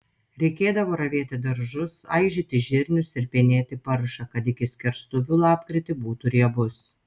reikėdavo ravėti daržus aižyti žirnius ir penėti paršą kad iki skerstuvių lapkritį būtų riebus